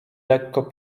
lekko